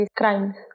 crimes